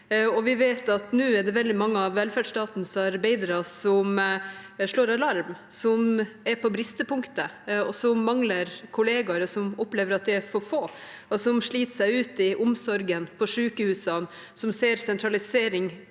Vi vet at det nå er veldig mange av velferdsstatens arbeidere som slår alarm, som er på bristepunktet, som mangler kolleger og opplever at de er for få, og som sliter seg ut i omsorgen på sykehusene og ser sentralisering